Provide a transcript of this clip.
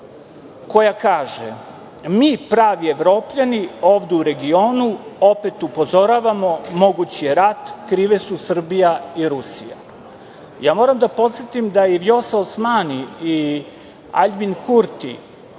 koja kaže - Mi pravi Evropljani, ovde u regionu, opet upozoravamo, moguć je rat, krive su Srbija i Rusija. Moram da podsetim da je Vjosa Osmani i Aljbin Kurti